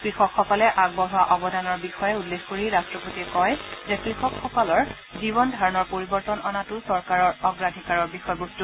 কৃষকসকলে আগবঢ়োৱা অৱদানৰ বিষয়ে উল্লেখ কৰি ৰট্টপতিয়ে কয় যে কৃষকসকলৰ জীৱন ধাৰণৰ পৰিৱৰ্তন অনাটো চৰকাৰৰ অগ্ৰাধিকাৰৰ বিষয়বস্তু